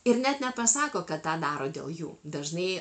ir net nepasako kad tą daro dėl jų dažnai